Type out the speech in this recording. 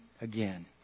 again